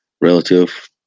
relative